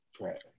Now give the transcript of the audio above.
Right